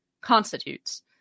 constitutes